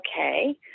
Okay